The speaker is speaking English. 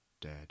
dead